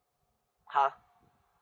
!huh!